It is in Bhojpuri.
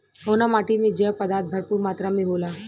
कउना माटी मे जैव पदार्थ भरपूर मात्रा में होला?